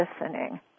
listening